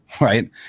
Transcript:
right